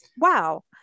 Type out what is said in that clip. wow